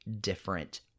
different